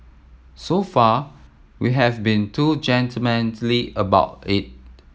so far we have been too gentlemanly about it